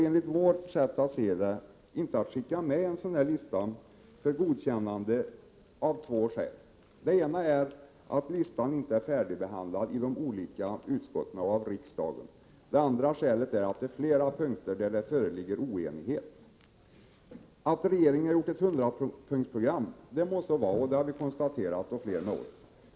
Enligt vårt sätt att se går det inte att skicka med en sådan här lista för godkännande av två skäl. Det ena är att listan inte är färdigbehandlad i de olika utskotten och av riksdagen. Det andra är att det föreligger oenighet på flera punkter. Att regeringen har gjort ett 100-punktsprogram är väl bra.